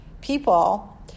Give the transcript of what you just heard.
people